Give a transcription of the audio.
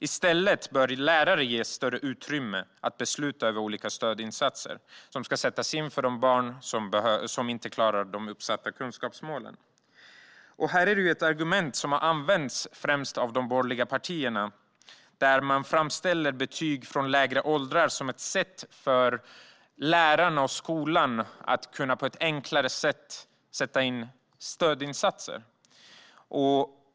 I stället bör lärare ges större utrymme att besluta över olika stödinsatser som ska sättas in för barn som inte klarar de uppsatta kunskapsmålen. Ett argument som har använts, främst av de borgerliga partierna, är att betyg i lägre åldrar skulle kunna vara ett enklare sätt för lärarna och skolan att sätta in stödinsatser.